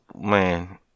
man